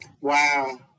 Wow